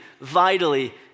vitally